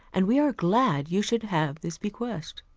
and we are glad you should have this bequest.